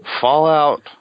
Fallout